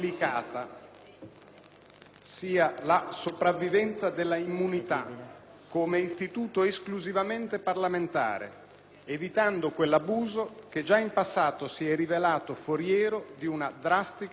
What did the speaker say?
sia la sopravvivenza dell'immunità, come istituto esclusivamente parlamentare, evitando quell'abuso che già in passato si è rivelato foriero di una drastica delimitazione.